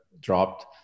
dropped